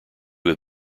have